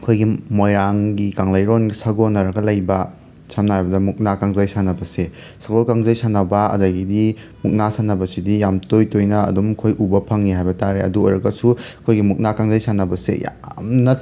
ꯑꯩꯈꯣꯏꯒꯤ ꯃꯣꯏꯔꯥꯡꯒꯤ ꯀꯪꯂꯩꯔꯣꯟ ꯁꯥꯒꯣꯟꯅꯔꯒ ꯂꯩꯕ ꯁꯝꯅ ꯍꯥꯏꯔꯕꯗ ꯃꯨꯛꯅꯥ ꯀꯥꯡꯖꯩ ꯁꯥꯟꯅꯕꯁꯦ ꯁꯒꯣꯜ ꯀꯥꯡꯖꯩ ꯁꯥꯟꯅꯕ ꯑꯗꯒꯤꯗꯤ ꯃꯨꯛꯅꯥ ꯁꯥꯟꯅꯕꯁꯤꯗꯤ ꯌꯥꯝꯅ ꯇꯣꯏ ꯇꯣꯏꯅ ꯑꯗꯨꯝ ꯑꯩꯈꯣꯏ ꯎꯕ ꯐꯪꯏ ꯍꯥꯏꯕ ꯇꯥꯔꯦ ꯑꯗꯨ ꯑꯣꯏꯔꯒꯁꯨꯨ ꯑꯩꯈꯣꯏꯒꯤ ꯃꯨꯛꯅꯥ ꯀꯥꯡꯖꯩ ꯁꯥꯟꯅꯕꯁꯦ ꯌꯥꯝꯅ